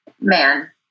Man